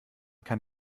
kann